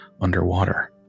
underwater